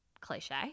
cliche